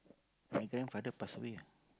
my grandfather pass away lah